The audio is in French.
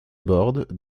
bordes